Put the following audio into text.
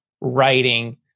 writing